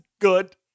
good